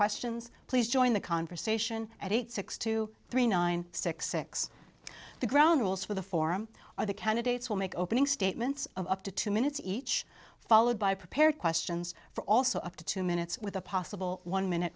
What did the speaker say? questions please join the conversation at eight six to three nine six six the ground rules for the form of the candidates will make opening statements up to two minutes each followed by prepared questions for also up to two minutes with a possible one minute